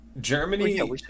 Germany